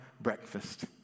breakfast